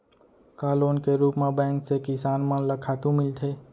का लोन के रूप मा बैंक से किसान मन ला खातू मिलथे?